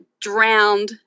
drowned